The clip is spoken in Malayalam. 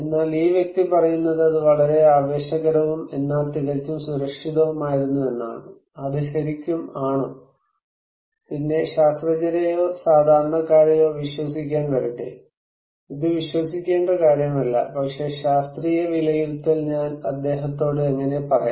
എന്നാൽ ഈ വ്യക്തി പറയുന്നത് അത് വളരെ ആവേശകരവും എന്നാൽ തികച്ചും സുരക്ഷിതവുമായിരുന്നു എന്നാണ് അത് ശരിക്കും ആണോ പിന്നെ ശാസ്ത്രജ്ഞരെയോ സാധാരണക്കാരെയോ വിശ്വസിക്കാൻ വരട്ടെ ഇത് വിശ്വസിക്കേണ്ട കാര്യമല്ല പക്ഷേ ശാസ്ത്രീയ വിലയിരുത്തൽ ഞാൻ അദ്ദേഹത്തോട് എങ്ങനെ പറയണം